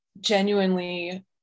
genuinely